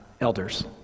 elders